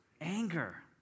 anger